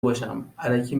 باشم٬الکی